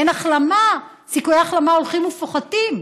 אין החלמה, סיכויי ההחלמה הולכים ופוחתים.